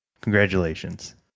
congratulations